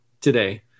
today